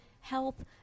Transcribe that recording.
health